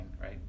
right